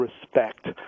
respect